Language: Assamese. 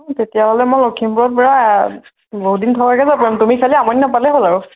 অঁ তেতিয়াহ'লে মই লখিমপুৰত পুৰা বহুত দিন থকাকে যাব পাৰিম তুমি খালি আমনি নাপালে হ'ল আৰু